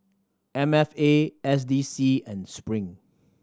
M F A S D C and Spring